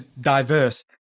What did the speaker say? diverse